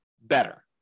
better